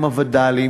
עם הווד"לים,